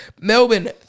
Melbourne